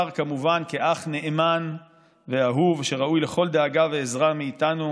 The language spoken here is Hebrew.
כמובן כאח נאמן ואהוב שראוי לכל דאגה ועזרה מאיתנו,